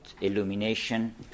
illumination